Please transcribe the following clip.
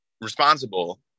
responsible